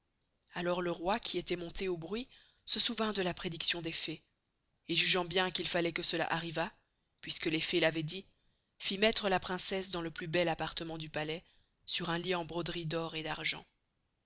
alors le roy qui estoit monté au bruit se souvint de la prédiction des fées et jugeant bien qu'il falloit que cela arrivast puisque les fées l'avoient dit fit mettre la princesse dans le plus bel appartement du palais sur un lit en broderie d'or et d'argent